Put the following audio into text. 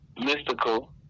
Mystical